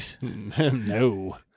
no